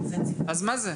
אז מה זה?